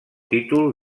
títol